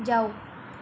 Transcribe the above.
ਜਾਓ